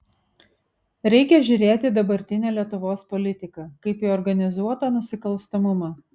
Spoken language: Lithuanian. reikia žiūrėti į dabartinę lietuvos politiką kaip į organizuotą nusikalstamumą